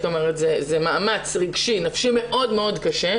זה מאמץ רגשי נפשי מאוד קשה,